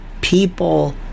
people